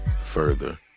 further